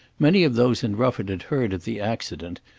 many of those in rufford had heard of the accident,